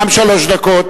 גם כן שלוש דקות.